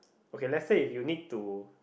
okay let's say if you need to